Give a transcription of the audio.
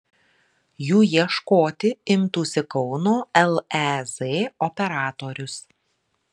jų ieškoti imtųsi kauno lez operatorius